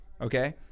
Okay